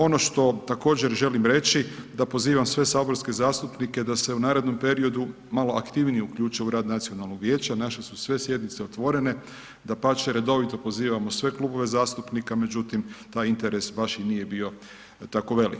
Ono što također želim reći, da pozivam sve saborske zastupnike, da se u narednom periodu malo aktivnije uključe u rad Nacionalnog vijeća, naše su sve sjednice otvorene, dapače redovito pozivamo sve klubove zastupnike, međutim, taj interes baš i nije bio tako velik.